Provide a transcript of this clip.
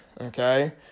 okay